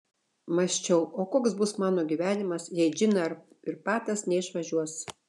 mąsčiau o koks bus mano gyvenimas jei džina ir patas neišvažiuos